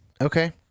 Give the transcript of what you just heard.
Okay